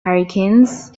hurricanes